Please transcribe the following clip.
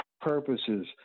purposes